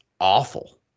awful